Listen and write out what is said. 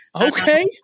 Okay